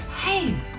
Hey